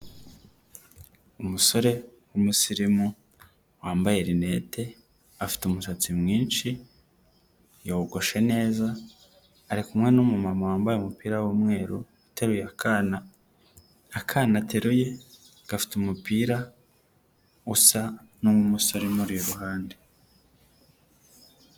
Umusore w'umusirimu wambaye rinete afite umusatsi mwinshi yogoshe neza arikumwe n'umu mama wambaye umupira w'umweru uteruye akana, akana ateruye gafite umupira usa n'uw'umusore umuri iruhande.